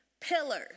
pillars